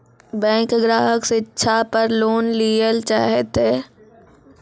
Bank ग्राहक शिक्षा पार लोन लियेल चाहे ते?